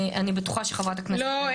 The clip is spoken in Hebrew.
אני בטוחה שחה"כ בן ארי --- לא,